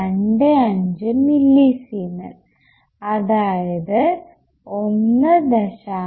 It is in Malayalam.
25 മില്ലിസീമെൻ അതായതു 1